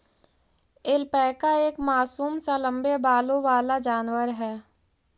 alpaca एक मासूम सा लम्बे बालों वाला जानवर है